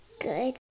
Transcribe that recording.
good